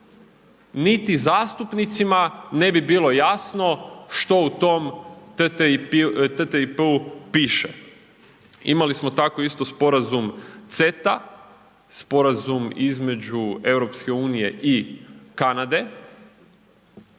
niti zastupnicima ne bi bilo jasno što u tom TTIP-u piše. Imali smo isto tako sporazum CETA sporazum između EU i Kanade,